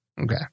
Okay